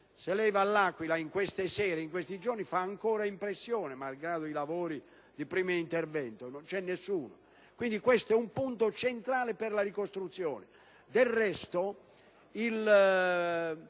si reca all'Aquila in questi giorni, vedrà che la città fa ancora impressione malgrado i lavori di primo intervento: non c'è nessuno. Questo è un punto centrale per la ricostruzione.